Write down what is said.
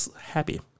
happy